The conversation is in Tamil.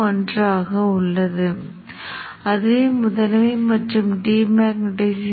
இங்கே ஒருவர் பைய்ஸின் மைய அடிப்படையிலான மாதிரியையும் பயன்படுத்தலாம் ஆனால் இது ஒரு பொதுவான மாதிரி